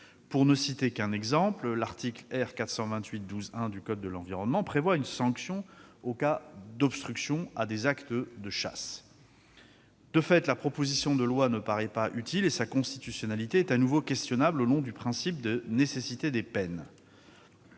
Pour ne citer qu'un exemple, l'article R. 428-12-1 du code de l'environnement prévoit une sanction en cas d'obstruction à des actes de chasse. De fait, la proposition de loi ne paraît pas utile, et sa constitutionnalité est à nouveau questionnable au nom du principe de nécessité des peines.